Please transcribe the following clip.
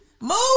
Move